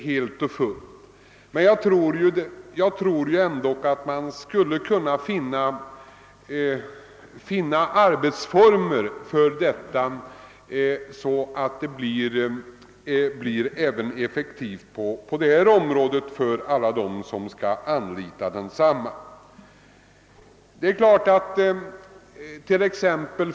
Men jag tror ändå, att man skall kunna finna effektiva arbetsformer för att betjäna alla dem som skall anlita förmedlingarna.